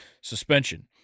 suspension